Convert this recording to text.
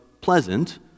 pleasant